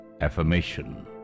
affirmation